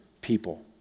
people